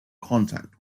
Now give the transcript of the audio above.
contact